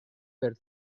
per